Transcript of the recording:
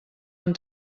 han